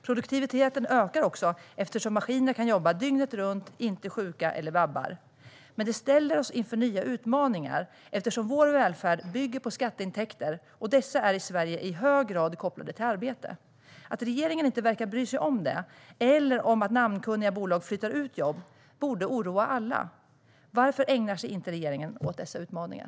Produktiviteten ökar också eftersom maskiner kan jobba dygnet runt, inte är sjuka och inte vabbar. Men det ställer oss inför nya utmaningar eftersom vår välfärd bygger på skatteintäkter, och dessa är i Sverige i hög grad kopplade till arbete. Att regeringen inte verkar bry sig om detta eller att namnkunniga bolag flyttar ut jobb borde oroa alla. Varför ägnar sig regeringen inte åt dessa utmaningar?